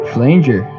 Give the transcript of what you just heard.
Flanger